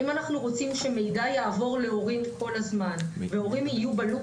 אם אנחנו רוצים שמידע יעבור להורים כל הזמן והורים יהיו בלופ